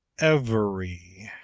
every,